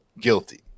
guilty